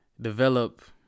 develop